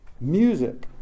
Music